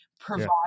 provide